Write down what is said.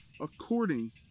according